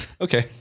okay